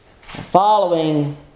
Following